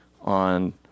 on